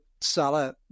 Salah